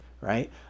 right